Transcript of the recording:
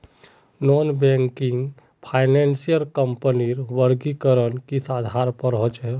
Non banking finance कंपनीर वर्गीकरण किस आधार पर होचे?